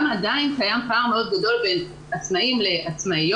עדיין קיים פער מאוד גדול בין עצמאים לעצמאיות,